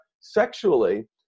sexually